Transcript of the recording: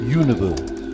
universe